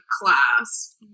class